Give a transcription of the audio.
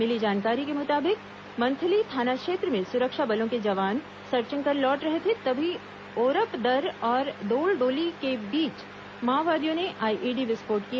मिली जानकारी के मुताबिक मंथली थाना क्षेत्र में सुरक्षा बलों के जवान सर्चिंग कर लौट रहे थे तभी ओरपदर और दोलडोली के बीच माओवादियों ने आईईडी विस्फोट किया